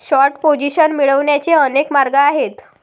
short position मिळवण्याचे अनेक मार्ग आहेत